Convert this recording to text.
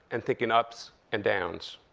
and think in ups and downs.